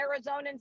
Arizonans